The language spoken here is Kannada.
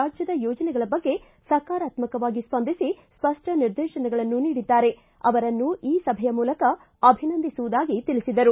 ರಾಜ್ಯದ ಯೋಜನೆಗಳ ಬಗ್ಗೆ ಸಕಾರಾತ್ಮವಾಗಿ ಸ್ವಂದಿಸಿ ಸ್ವಪ್ಪ ನಿರ್ದೇತನಗಳನ್ನು ನೀಡಿದ್ದಾರೆ ಅವರನ್ನು ಈ ಸಭೆಯ ಮೂಲಕ ಅಭಿನಂದಿಸುವುದಾಗಿ ತಿಳಿಸಿದರು